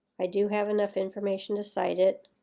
i do have enough information to cite it.